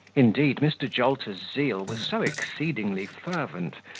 indeed, mr. jolter's zeal was so exceedingly fervent,